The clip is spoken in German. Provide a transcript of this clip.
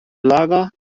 lager